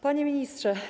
Panie Ministrze!